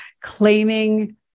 claiming